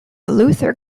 luther